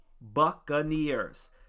Buccaneers